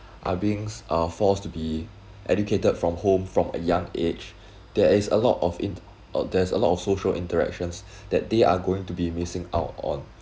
are beings uh forced to be educated from home from a young age there is a lot of in uh there's a lot of social interactions that they are going to be missing out on